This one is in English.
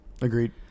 Agreed